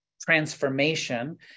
transformation